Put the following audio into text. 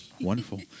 wonderful